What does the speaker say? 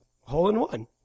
hole-in-one